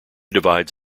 divides